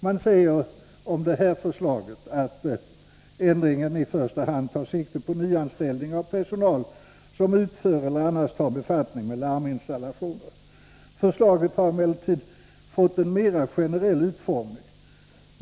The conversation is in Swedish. Man säger om det aktuella förslaget: ”Ändringen tar i första hand sikte på nyanställning av personal som utför eller annars tar befattning med larminstallationer. Förslaget har emellertid fått en mera generell utformning.